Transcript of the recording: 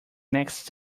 next